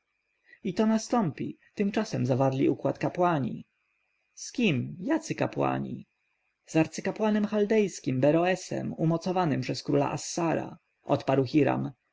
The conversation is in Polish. i to nastąpi tymczasem zawarli układ kapłani z kim jacy kapłani z arcykapłanem chaldejskim beroesem umocowanym przez króla assara odparł hiram